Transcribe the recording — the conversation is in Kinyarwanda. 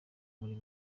muri